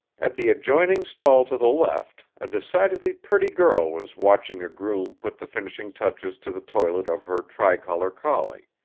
at the adjoining stall to the left a decidedly pretty girl was watching a groom put the finishing touches to the toilet of her tricolor collie.